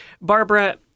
Barbara